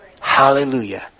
Hallelujah